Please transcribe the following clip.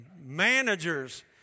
Managers